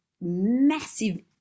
massive